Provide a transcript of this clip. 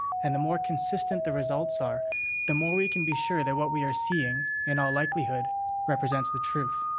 and the more consistent the results are the more we can be sure that what we are seeing in all likelihood represents the truth.